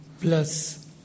plus